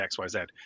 XYZ